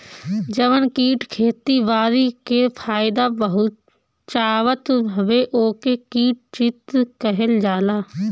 जवन कीट खेती बारी के फायदा पहुँचावत हवे ओके कीट मित्र कहल जाला